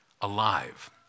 alive